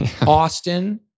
Austin